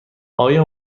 آیا